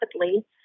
rapidly